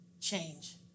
change